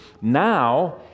Now